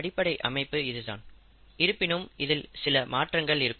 அடிப்படை அமைப்பு இது தான் இருப்பினும் இதில் சில மாற்றங்கள் இருக்கும்